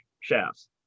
shafts